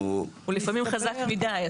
לפעמים, הוא חזק מדי.